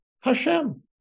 Hashem